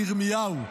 מירמיהו.